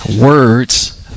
Words